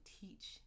teach